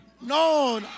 No